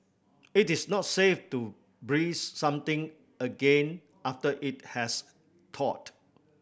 it is not safe to freeze something again after it has thawed